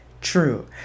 true